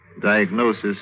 Diagnosis